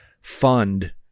fund